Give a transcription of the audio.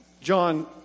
John